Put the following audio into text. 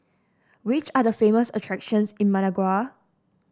which are the famous attractions in Managua